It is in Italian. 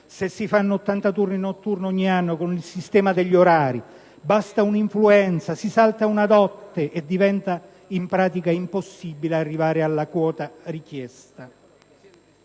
se si fanno 80 turni notturni ogni anno; con il sistema degli orari basta un'influenza: si salta una notte e diventa in pratica impossibile arrivare alla quota richiesta.